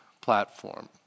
platform